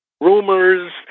rumors